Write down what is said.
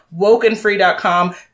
WokenFree.com